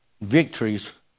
victories